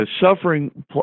suffering